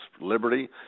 liberty